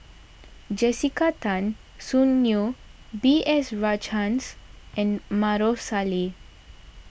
Jessica Tan Soon Neo B S Rajhans and Maarof Salleh